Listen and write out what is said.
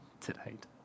tonight